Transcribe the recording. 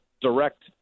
direct